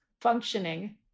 functioning